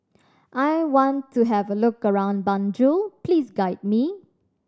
I want to have a look around Banjul please guide me